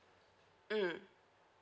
mm